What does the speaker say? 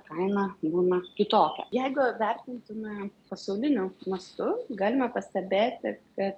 kainą būna kitokia jeigu vertintume pasauliniu mastu galime pastebėti kad